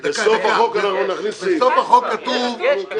בסוף החוק נכניס סעיף.